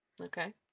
Okay